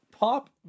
Pop